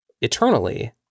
eternally